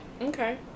okay